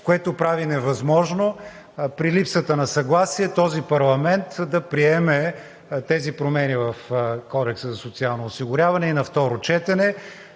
което прави невъзможно при липсата на съгласие този парламент да приеме тези промени в Кодекса за социално осигуряване и на второ четене.